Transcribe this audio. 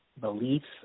beliefs